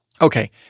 Okay